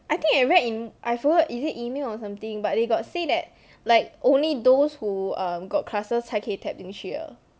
I think I read in I forgot is it email or something but they got say that like only those who um got classes 才可以 tap 进去的